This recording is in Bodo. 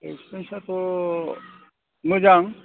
एख्सफ्रेन्सयाथ' मोजां